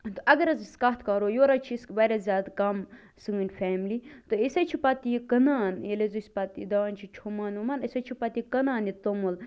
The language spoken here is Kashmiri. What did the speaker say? تہٕ اگر حظ أسۍ کَتھ کَرو یورٕ حظ چھِ أسۍ وارِیاہ زیادٕ کَم سٲنۍ فیملی تہٕ أسۍ حظ چھِ پتہٕ یہِ کٕنان ییٚلہِ حظ أسۍ پتہٕ یہِ دانہِ چھِ چھوٚمبان ووٚمبان أسۍ حظ چھِ پتہٕ یہِ کٕنان یہِ توٚمُل